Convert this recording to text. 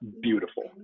beautiful